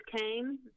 came